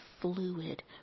fluid